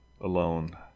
alone